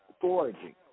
foraging